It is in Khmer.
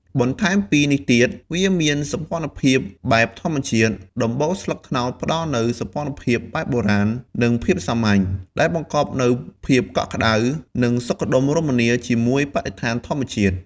បន្ថែមពីនេះទៀត វាមានសោភ័ណភាពបែបធម្មជាតិ ដំបូលស្លឹកត្នោតផ្ដល់នូវ សោភ័ណភាពបែបបុរាណ និងភាពសាមញ្ញ ដែលបង្កប់នូវភាពកក់ក្ដៅ និងសុខដុមរមនាជាមួយបរិស្ថានធម្មជាតិ។